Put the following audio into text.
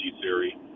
theory